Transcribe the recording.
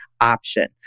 option